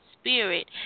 spirit